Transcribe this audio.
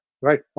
Right